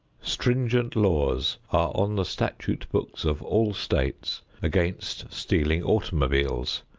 stringent laws are on the statute books of all states against stealing automobiles,